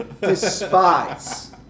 despise